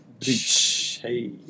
hey